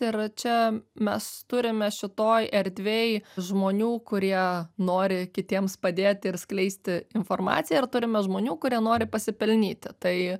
ir čia mes turime šitoj erdvėj žmonių kurie nori kitiems padėti ir skleisti informaciją ir turime žmonių kurie nori pasipelnyti tai